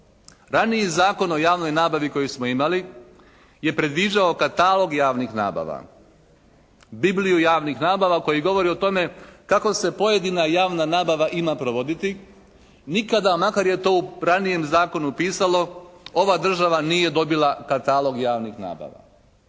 Raniji Zakon o javnoj nabavi koji smo imali je predviđao katalog javnih nabava. Bibliju javnih nabava koji govori o tome kako se pojedina javna nabava ima provoditi. Nikada makar je to u ranijem zakonu pisalo ova država nije dobila katalog javnih nabava.